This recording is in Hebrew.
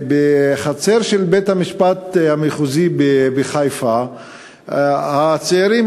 בחצר של בית-המשפט המחוזי בחיפה הצעירים